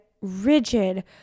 rigid